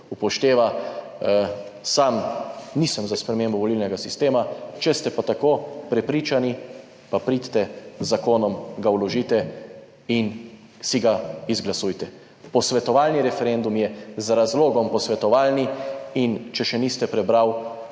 upošteva. Sam nisem za spremembo volilnega sistema. Če ste pa tako prepričani, pa pridite z zakonom, ga vložite in si ga izglasujte. Posvetovalni referendum je z razlogom posvetovalni. In če še niste prebral,